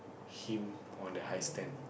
him on the high stand